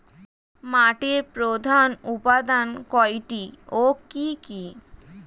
মাটির প্রধান উপাদান কয়টি ও কি কি?